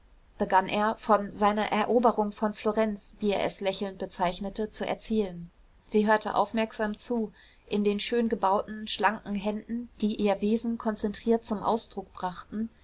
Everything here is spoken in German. begann er von seiner eroberung von florenz wie er es lächelnd bezeichnete zu erzählen sie hörte aufmerksam zu in den schön gebauten schlanken händen die ihr wesen konzentriert zum ausdruck brachten